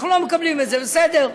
אנחנו לא מקבלים את זה, וזה בסדר.